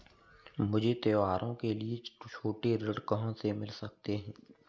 मुझे त्योहारों के लिए छोटे ऋण कहाँ से मिल सकते हैं?